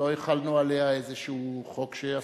לא החלנו עליה איזשהו חוק שאסור.